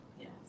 Yes